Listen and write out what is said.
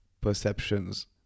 perceptions